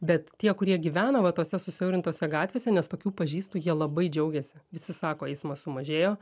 bet tie kurie gyvena va tose susiaurintose gatvėse nes tokių pažįstu jie labai džiaugiasi visi sako eismas sumažėjo